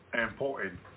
important